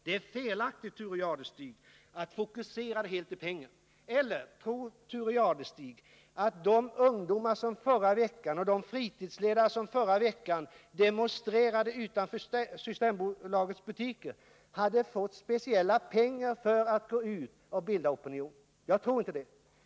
Det är felaktigt att fokusera detta helt på en fråga om pengar. Tror Thure Jadestig att de ungdomar och fritidsledare som förra veckan demonstrerade utanför Systembolagets butiker hade fått speciella pengar för att gå ut och bilda opinion? Jag tror inte det.